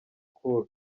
cool